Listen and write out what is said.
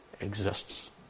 exists